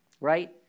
Right